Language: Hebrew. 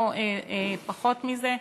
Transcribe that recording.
לא פחות מזה,